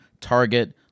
Target